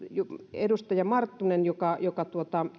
edustaja marttinen